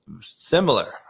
similar